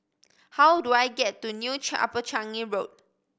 how do I get to New Upper Changi Road